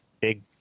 big